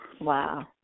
Wow